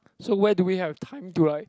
so where do we have time to like